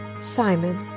Simon